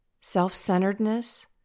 self-centeredness